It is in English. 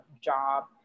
job